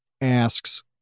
asks